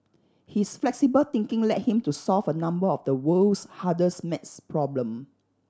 his flexible thinking led him to solve a number of the world's hardest math problem